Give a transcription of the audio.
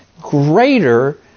greater